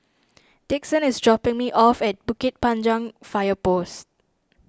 Dixon is dropping me off at Bukit Panjang Fire Post